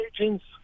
agents